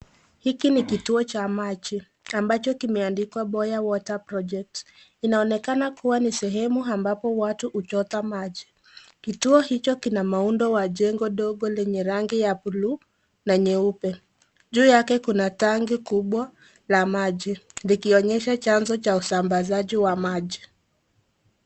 Hiki ni kituo cha maji, ambacho kimeandikwa Boya Water Project. Inaonekana kua ni sehemu ambapo watu huchota maji. Kituo hicho kinamaundo wa jengo dogo lenye rangi ya bluu na nyeupe. Juu yake kuna tanki kubwa la maji, likionyesha chanzo cha usambazaji wa maji.